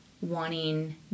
wanting